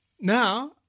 Now